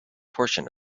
portion